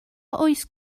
oes